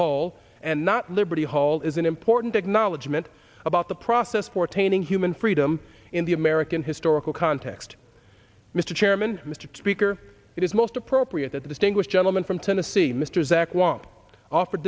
hall and not liberty hall is an important acknowledgement about the process for painting human freedom in the american historical context mr chairman mr speaker it is most appropriate that the distinguished gentleman from tennessee mr